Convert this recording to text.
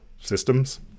systems